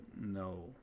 no